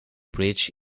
bridge